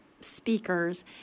speakers